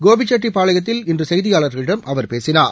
கோபிச்செட்டிப்பாளையத்தில் இன்றுசெய்தியாளர்களிடம் அவர் பேசினார்